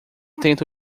tenta